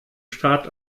staat